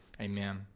Amen